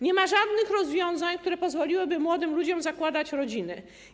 Nie ma żadnych rozwiązań, które pozwoliłyby młodym ludziom zakładać rodziny.